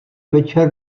večer